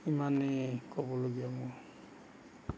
ইমানেই ক'বলগীয়া মোৰ